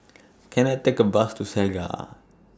Can I Take A Bus to Segar